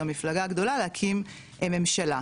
המפלגה הגדולה להקים ממשלה,